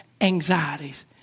anxieties